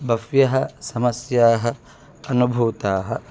बह्व्यः समस्याः अनुभूताः